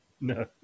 No